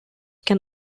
can